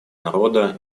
народа